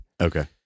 Okay